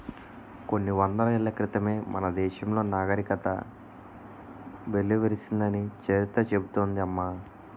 కొన్ని వందల ఏళ్ల క్రితమే మన దేశంలో నాగరికత వెల్లివిరిసిందని చరిత్ర చెబుతోంది అమ్మ